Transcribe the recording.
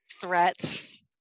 threats